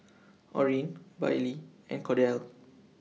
Orren Bailee and Kordell